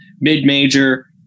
mid-major